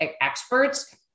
experts